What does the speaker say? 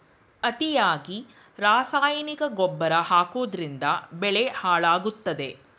ಅತಿಯಾಗಿ ರಾಸಾಯನಿಕ ಗೊಬ್ಬರ ಹಾಕೋದ್ರಿಂದ ಬೆಳೆ ಹಾಳಾಗುತ್ತದೆ